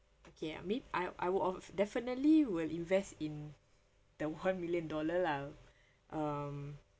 okay I mean I I would of definitely will invest in the one million dollar lah um